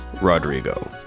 Rodrigo